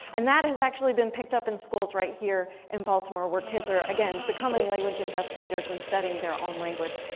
and that has actually been picked up in schools right here in baltimore. where kids are again becoming language investigators and studying their own language.